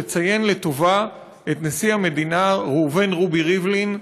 לציין לטובה את נשיא המדינה ראובן רובי ריבלין,